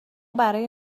برای